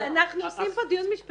אז תקשיב, אנחנו עושים פה דיון משפטי.